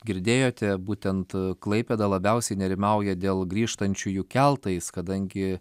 girdėjote būtent klaipėda labiausiai nerimauja dėl grįžtančiųjų keltais kadangi